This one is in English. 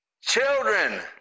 children